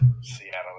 Seattle